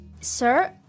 Sir